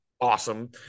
Awesome